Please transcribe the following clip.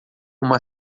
uma